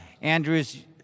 Andrews